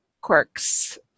quirks